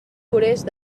forest